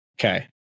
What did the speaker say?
Okay